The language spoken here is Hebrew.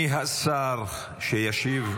מי השר שישיב?